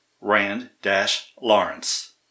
rand-lawrence